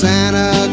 Santa